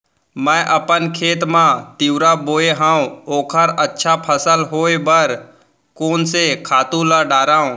मैं अपन खेत मा तिंवरा बोये हव ओखर अच्छा फसल होये बर कोन से खातू ला डारव?